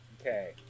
okay